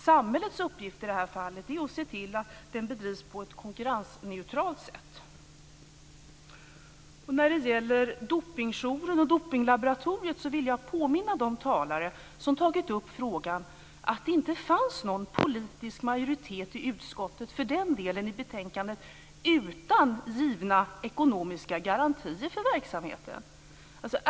Samhällets uppgift i det här fallet är att se till att verksamheten bedrivs på ett konkurrensneutralt sätt. När det gäller Dopingjouren och Dopinglaboratoriet vill jag påminna de talare som har tagit upp frågan om att det inte fanns någon politisk majoritet i utskottet för den delen i betänkandet utan givna ekonomiska garantier för verksamheten.